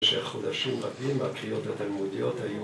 ‫במשך חודשים רבים ‫הקריאות התלמודיות היו...